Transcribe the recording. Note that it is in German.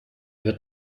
wird